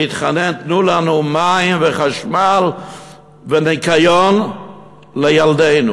להתחנן: תנו לנו מים וחשמל וניקיון לילדינו,